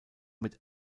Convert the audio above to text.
mit